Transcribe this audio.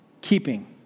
keeping